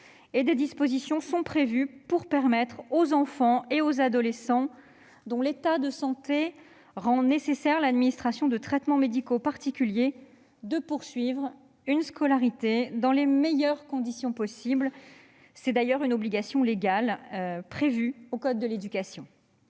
des dispositions sont prévues pour permettre aux enfants et aux adolescents dont l'état de santé rend nécessaire l'administration de traitements médicaux particuliers de poursuivre une scolarité dans les meilleures conditions possible. Il s'agit d'ailleurs d'une obligation légale, prévue dans le code de l'éducation.